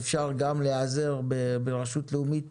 ואפשר גם להיעזר ברשות הלאומית